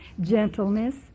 gentleness